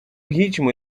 ritmo